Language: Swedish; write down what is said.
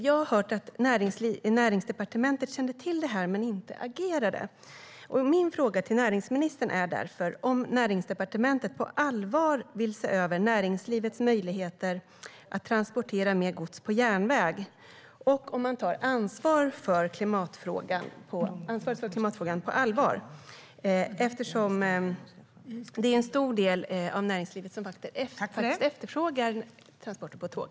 Jag har hört att Näringsdepartementet kände till detta men inte agerade. Min fråga till näringsministern är därför om Näringsdepartementet på allvar vill se över näringslivets möjligheter att transportera mer gods på järnväg och om man tar ansvaret för klimatfrågan på allvar. Det är nämligen en stor del av näringslivet som faktiskt efterfrågar transporter på tåg.